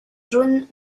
jaunes